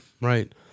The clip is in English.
Right